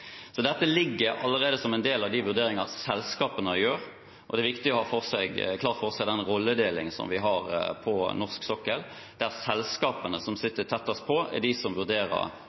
Dette ligger allerede som en del av de vurderingene selskapene gjør. Det er viktig å ha klart for seg den rolledeling som vi har på norsk sokkel, der selskapene som sitter tettest på, er de som vurderer